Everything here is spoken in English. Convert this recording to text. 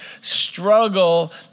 struggle